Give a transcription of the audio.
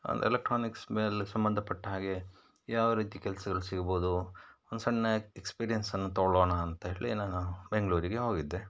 electronics ಮೇಲೆ ಸಂಬಂಧಪಟ್ಟ ಹಾಗೆ ಯಾವ ರೀತಿ ಕೆಲಸಗಳು ಸಿಗಬಹುದು ಒಂದು ಸಣ್ಣ ಎಕ್ಸ್ಪೀರಿಯನ್ಸನ್ನು ತೊಗೊಳ್ಳೋಣ ಅಂತ ಹೇಳಿ ನಾನು ಬೆಂಗಳೂರಿಗೆ ಹೋಗಿದ್ದೆ